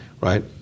right